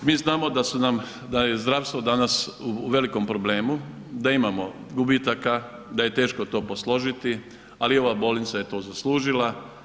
Mi znamo da je zdravstvo danas u velikom problemu, da imamo gubitaka, da je teško to posložiti, ali ova bolnica je to zaslužila.